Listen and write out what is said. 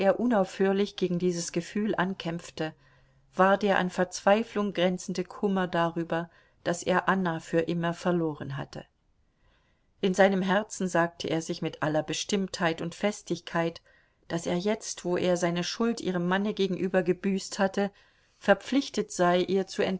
unaufhörlich gegen dieses gefühl ankämpfte war der an verzweiflung grenzende kummer darüber daß er anna für immer verloren hatte in seinem herzen sagte er sich mit aller bestimmtheit und festigkeit daß er jetzt wo er seine schuld ihrem manne gegenüber gebüßt hatte verpflichtet sei ihr